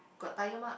got tired mark